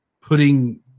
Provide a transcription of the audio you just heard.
putting